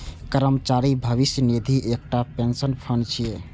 कर्मचारी भविष्य निधि एकटा पेंशन फंड छियै